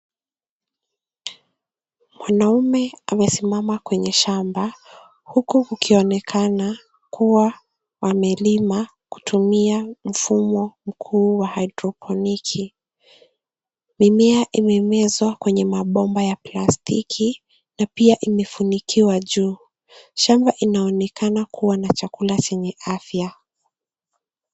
Mwanaume amesimama kwenye shamba huku kukionekana kuwa amelima kutumia mfumo mkuu wa haidroponiki. Mimea imemea kwenye mabomba ya plastiki na pia imefunikiwa juu. Shamba inaonekana kuwa na chakula chenye afya.